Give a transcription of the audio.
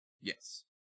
Yes